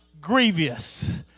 grievous